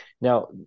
Now